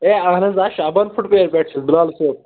ہے اَہَن حظ آ شابان فُٹ وِیٚر پیٚٹھ چھُس بِلال صٲب